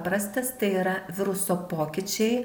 prastas tai yra viruso pokyčiai